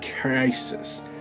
crisis